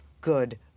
good